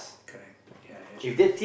correct ya that's true